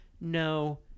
no